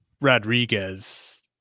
Rodriguez